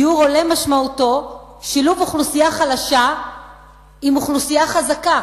דיור הולם משמעותו שילוב אוכלוסייה חלשה עם אוכלוסייה חזקה